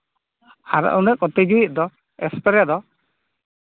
ᱟᱨ ᱩᱱᱟᱹᱜ ᱠᱚ ᱛᱤᱡᱩᱭᱮᱫ ᱫᱚ ᱥᱯᱨᱮ ᱫᱚ